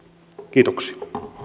kiitoksia